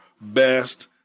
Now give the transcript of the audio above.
best